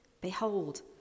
Behold